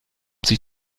sich